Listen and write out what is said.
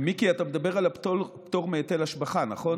מיקי, אתה מדבר על הפטור מהיטל השבחה, נכון?